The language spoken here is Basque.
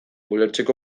ulertzeko